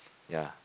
ya